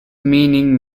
meaning